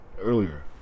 earlier